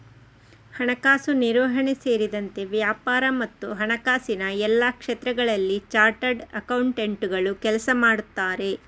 ಹಣಕಾಸು ನಿರ್ವಹಣೆ ಸೇರಿದಂತೆ ವ್ಯಾಪಾರ ಮತ್ತು ಹಣಕಾಸಿನ ಎಲ್ಲಾ ಕ್ಷೇತ್ರಗಳಲ್ಲಿ ಚಾರ್ಟರ್ಡ್ ಅಕೌಂಟೆಂಟುಗಳು ಕೆಲಸ ಮಾಡುತ್ತಾರೆ